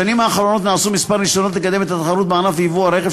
בשנים האחרונות נעשו כמה ניסיונות לקדם את התחרות בענף יבוא הרכב,